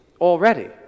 already